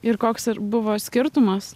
ir koks ir buvo skirtumas